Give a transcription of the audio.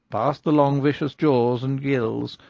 past the long vicious jaws and gills,